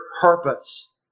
purpose